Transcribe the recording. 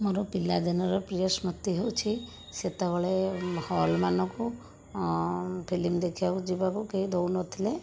ମୋ'ର ପିଲାଦିନର ପ୍ରିୟ ସ୍ମୃତି ହେଉଛି ସେତେବେଳେ ହଲ୍ମାନଙ୍କୁ ଫିଲ୍ମ ଦେଖିବାକୁ ଯିବାକୁ କେହି ଦେଉନଥିଲେ